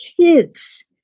kids